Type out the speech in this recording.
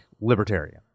libertarian